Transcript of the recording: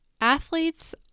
Athletes